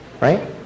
right